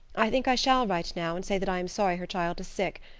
i think i shall write now, and say that i am sorry her child is sick,